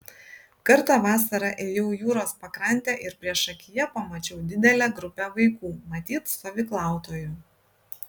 kartą vasarą ėjau jūros pakrante ir priešakyje pamačiau didelę grupę vaikų matyt stovyklautojų